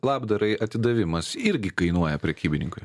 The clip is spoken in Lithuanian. labdarai atidavimas irgi kainuoja prekybininkui